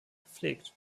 gepflegt